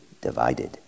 divided